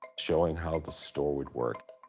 showing how the store would work.